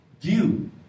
view